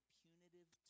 punitive